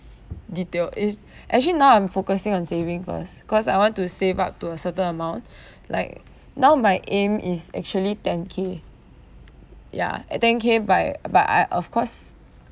detailed it's actually now I'm focusing on saving first cause I want to save up to a certain amount like now my aim is actually ten K ya uh ten K but I but I of course